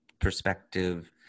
perspective